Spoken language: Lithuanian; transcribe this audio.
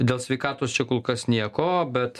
dėl sveikatos čia kol kas nieko bet